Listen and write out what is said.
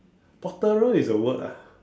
potterer is a word ah